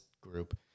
group